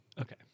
Okay